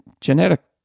genetic